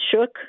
shook